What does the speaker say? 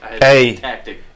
Hey